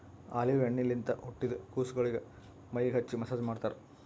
olive ಎಣ್ಣಿಲಿಂತ್ ಹುಟ್ಟಿದ್ ಕುಸಗೊಳಿಗ್ ಮೈಗ್ ಹಚ್ಚಿ ಮಸ್ಸಾಜ್ ಮಾಡ್ತರ್